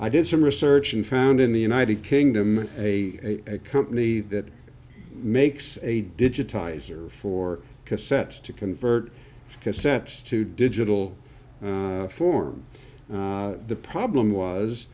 i did some research and found in the united kingdom a company that makes a digitize for cassettes to convert cassettes to digital form the problem was